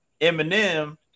Eminem